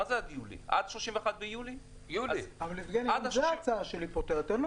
גם את זה ההצעה שלי פותרת.